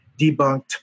debunked